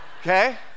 Okay